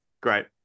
great